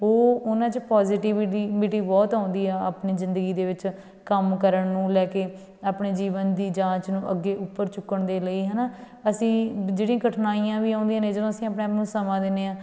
ਉਹ ਉਹਨਾਂ ਚ ਪੋਜ਼ੀਟੀਵੀਟੀ ਵਿਟੀ ਬਹੁਤ ਆਉਂਦੀ ਆ ਆਪਣੀ ਜ਼ਿੰਦਗੀ ਦੇ ਵਿੱਚ ਕੰਮ ਕਰਨ ਨੂੰ ਲੈ ਕੇ ਆਪਣੇ ਜੀਵਨ ਦੀ ਜਾਂਚ ਨੂੰ ਅੱਗੇ ਉੱਪਰ ਚੁੱਕਣ ਦੇ ਲਈ ਹੈ ਨਾ ਅਸੀਂ ਜਿਹੜੀਆਂ ਕਠਿਨਾਈਆਂ ਵੀ ਆਉਂਦੀਆਂ ਨੇ ਜਦੋਂ ਅਸੀਂ ਆਪਣੇ ਆਪ ਨੂੰ ਸਮਾਂ ਦਿੰਦੇ ਹਾਂ